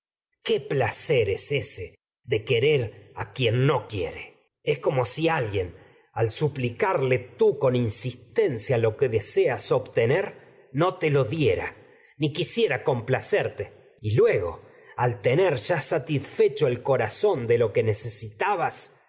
qué placer si es ése de querer quien insis no quiere es lo que como alguien al suplicarle tú no con tencia deseas obtener y te lo diera ni quisiera satisfecho el corazón lo complacerte de luego al tener ya lo que necesitabas